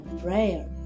prayer